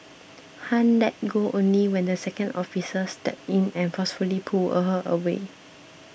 Han let go only when the second officer stepped in and forcefully pulled a her away